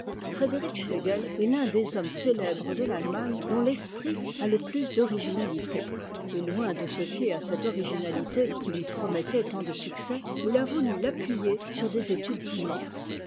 frédéric schlegel est l'un des hommes célèbres de l'allemagne dont l'esprit a le plus d'originauté et loin de se fier à cette originalité qui lui promettait tant de succès il a voulu l'appuyer sur des études immenses